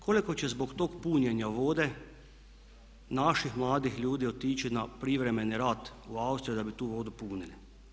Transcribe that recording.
Koliko će zbog tog punjenja vode naših mladih ljudi otići na privremeni rad u Austriju da bi tu vodu punili.